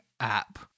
app